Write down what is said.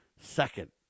second